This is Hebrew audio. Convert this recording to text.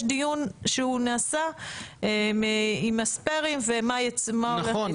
שנעשה עם הספיירים ועם --- נכון,